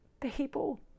people